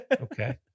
Okay